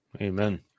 Amen